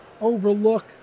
overlook